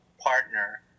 partner